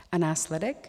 A následek?